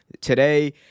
today